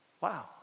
Wow